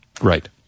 Right